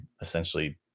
essentially